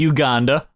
Uganda